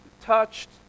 touched